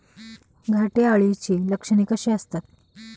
घाटे अळीची लक्षणे कशी असतात?